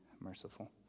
merciful